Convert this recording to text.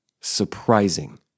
surprising